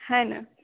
હેં ને